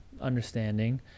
understanding